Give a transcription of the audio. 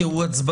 כי הוא עצבני,